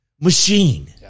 machine